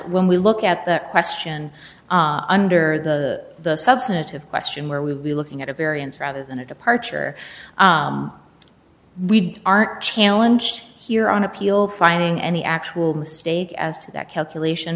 when we look at the question on under the substantive question where we would be looking at a variance rather than a departure we aren't challenge here on appeal finding any actual mistake as to that calculation